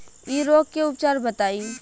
इ रोग के उपचार बताई?